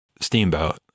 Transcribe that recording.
steamboat